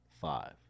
five